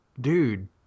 dude